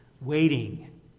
waiting